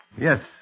Yes